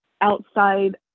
outside